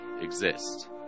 exist